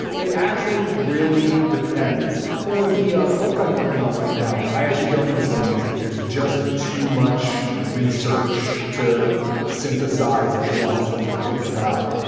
it actually really depends. for the ah book i'm working on right now. i actually don't listen to music. there's just too much research to synthesize at once and to think about.